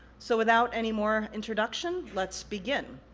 so, without any more introduction, let's begin.